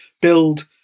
build